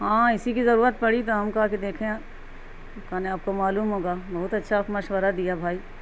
ہاں اسی کی ضرورت پڑی تو ہم کہ کے دیکھیں کان نے آپ کو معلوم ہوگا بہت اچھا مشورہ دیا بھائی